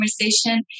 conversation